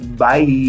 Bye